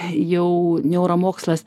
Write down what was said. jau neuromokslas